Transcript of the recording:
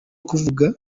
kuvugwa